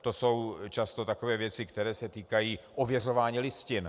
To jsou často takové věci, které se týkají ověřování listin.